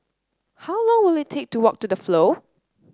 how long will it take to walk to The Flow